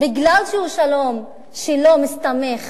מפני שזה שלום שלא מסתמך